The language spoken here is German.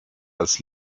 als